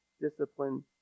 discipline